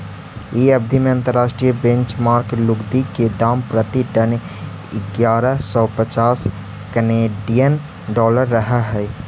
इ अवधि में अंतर्राष्ट्रीय बेंचमार्क लुगदी के दाम प्रति टन इग्यारह सौ पच्चास केनेडियन डॉलर रहऽ हई